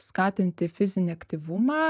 skatinti fizinį aktyvumą